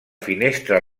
finestra